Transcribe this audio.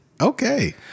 Okay